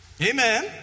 amen